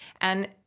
And-